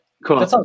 Cool